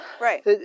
Right